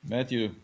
Matthew